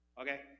Okay